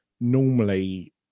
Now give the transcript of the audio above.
normally